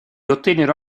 ottennero